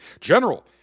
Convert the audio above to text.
General